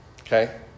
okay